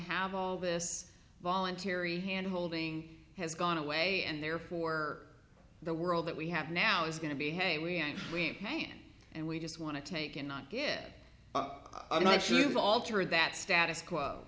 have all this voluntary hand holding has gone away and therefore the world that we have now is going to be hey we aren't we pain and we just want to take and not get i'm not sure you've altered that status quo